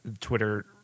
twitter